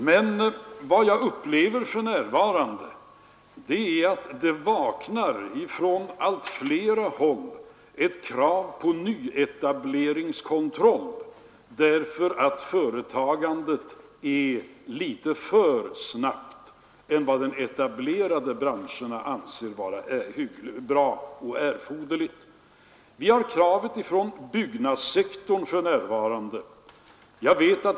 Men vad jag upplever för närvarande är att det från allt fler håll väcks ett krav på nyetableringskontroll därför att företagandet är litet snabbare än vad de etablerade branscherna anser vara bra och erforderligt. Vi har mött det kravet från byggnadssektorn.